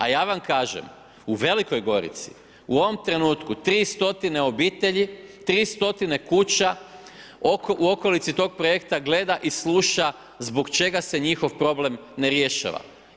A ja vam kažem u Velikoj Gorici u ovom trenutku 300 obitelji, 300 kuća u okolici tog projekta gleda i sluša zbog čega se njihov problem ne rješava.